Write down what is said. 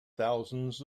thousands